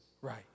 right